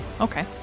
Okay